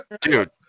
Dude